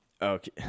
Okay